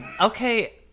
Okay